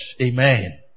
Amen